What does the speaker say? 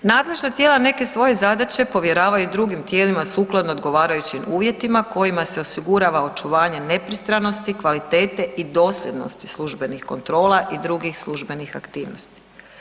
Nadležna tijela neke svoje zadaće povjeravaju drugim tijelima sukladno odgovarajućim uvjetima kojima se osigurava očuvanje nepristranosti, kvalitete i dosljednosti službenih kontrola i drugih službenih aktivnosti.